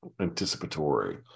Anticipatory